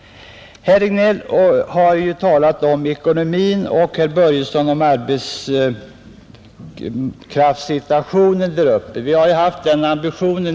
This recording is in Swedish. Vi reservanter i näringsutskottet har haft den ambitionen att dela upp de olika avsnitten i denna fråga, så att vi undgår att upprepa argumenten.